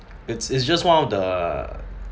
it's it's just one of the